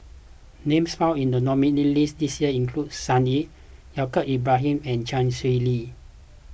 names found in the nominees' list this year include Sun Yee Yaacob Ibrahim and Chee Swee Lee